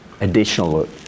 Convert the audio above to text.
additional